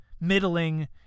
middling